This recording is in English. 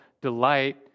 delight